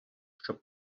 щоб